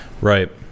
right